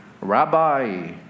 Rabbi